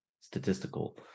statistical